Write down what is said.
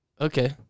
Okay